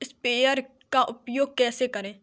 Sprayer का उपयोग कैसे करें?